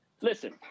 listen